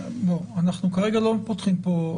אנחנו כרגע לא פותחים פה,